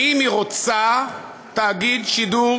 האם היא רוצה תאגיד שידור